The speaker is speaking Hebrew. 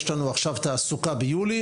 יש לנו עכשיו תעסוקה ביולי,